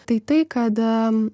tai tai kad